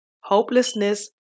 hopelessness